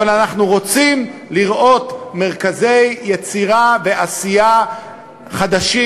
אבל אנחנו רוצים לראות מרכזי יצירה ועשייה חדשים